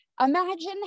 imagine